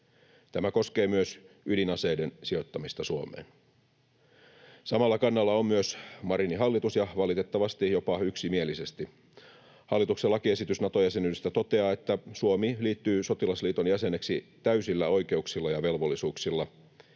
Tämä koskee myös ydinaseiden sijoittamista Suomeen. Samalla kannalla on myös Marinin hallitus ja valitettavasti jopa yksimielisesti. Hallituksen lakiesitys Nato-jäsenyydestä toteaa, että Suomi liittyy sotilasliiton jäseneksi täysillä oikeuksilla ja velvollisuuksilla